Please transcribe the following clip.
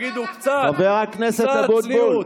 חבר הכנסת אבוטבול,